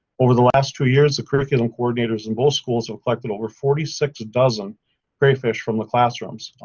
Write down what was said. over the last two years the curriculum coordinators in both schools have collected over forty six a dozen gray fish from the classrooms.